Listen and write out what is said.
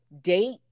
date